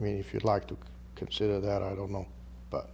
i mean if you'd like to consider that i don't know but